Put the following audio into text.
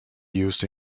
used